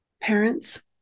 parents